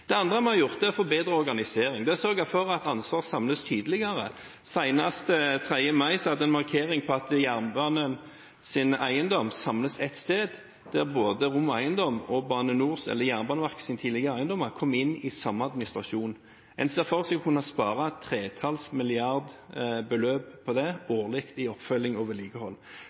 Det andre vi har gjort, er å forbedre organiseringen og sørge for at ansvaret samles tydeligere. Senest den 3. mai hadde vi en markering om at jernbanens eiendom samles ett sted, der både ROM Eiendom og Bane NOR – eller Jernbaneverkets tidligere eiendommer – kom inn i samme administrasjon. En ser for seg å kunne spare et tretalls milliardbeløp på det årlig i oppfølging og vedlikehold.